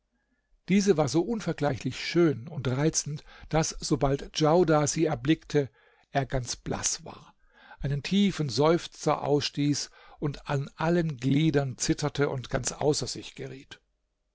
diese war so unvergleichlich schön und reizend daß sobald djaudar sie erblickte er ganz blaß war einen tiefen seufzer ausstieß an allen gliedern zitterte und ganz außer sich geriet